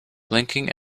blinking